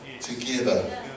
together